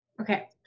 Okay